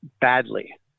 badly